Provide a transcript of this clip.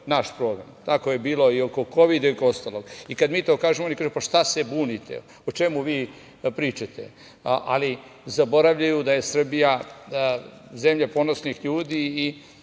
naš problem. Tako je bilo i oko kovida i oko ostalog. Kada mi to kažemo, oni kažu – pa šta se bunite, o čemu vi pričate, ali zaboravljaju da je Srbija zemlja ponosnih ljudi i